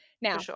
Now